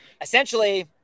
essentially